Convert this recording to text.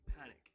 panic